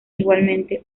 igualmente